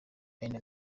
aline